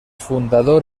fundador